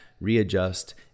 readjust